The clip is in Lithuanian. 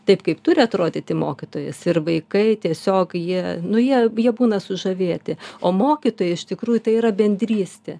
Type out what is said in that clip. taip kaip turi atrodyti mokytojas ir vaikai tiesiog jie nu jie jie būna sužavėti o mokytojai iš tikrųjų tai yra bendrystė